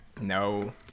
No